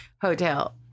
Hotel